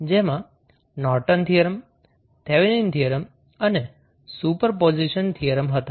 જેમાં Norton theorem Thevenin theorem અને superposition theorem હતા